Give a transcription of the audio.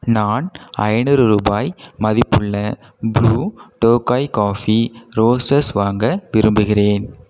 நான் ஐநூறு ரூபாய் மதிப்புள்ள ப்ளூ டோகாய் காஃபி ரோஸ்ட்டர்ஸ் வாங்க விரும்புகிறேன்